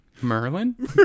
Merlin